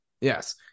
yes